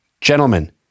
gentlemen